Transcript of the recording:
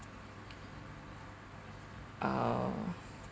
uh